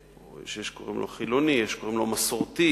שיש קוראים לו החילוני, יש קוראים לו המסורתי,